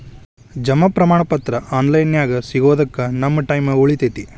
ಜಮಾ ಪ್ರಮಾಣ ಪತ್ರ ಆನ್ ಲೈನ್ ನ್ಯಾಗ ಸಿಗೊದಕ್ಕ ನಮ್ಮ ಟೈಮ್ ಉಳಿತೆತಿ